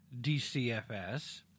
DCFS